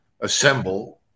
assemble